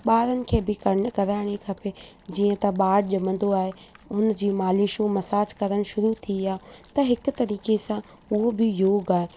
ॿारनि खे बि करण करण ई खपे जीअं त ॿार ॼमंदो आहे हुन जी मालिशूं मसाज करणु शरू थी आहे त हिक तरीक़े सां उहो बि योगु आहे